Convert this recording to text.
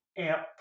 Amp